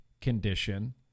condition